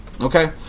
okay